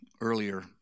earlier